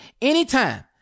anytime